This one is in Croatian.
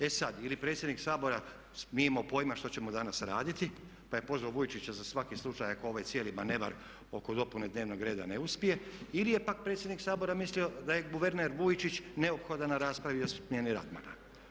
E sad, ili predsjednik Sabora nije imao pojma što ćemo danas raditi pa je pozvao Vujčića za svaki slučaj ako ovaj cijeli manevar oko dopune dnevnog reda ne uspije ili je pak predsjednik Sabora mislio da je guverner Vujčić neophodan na raspravi o smjeni Radmana.